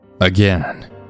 Again